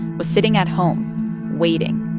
was sitting at home waiting.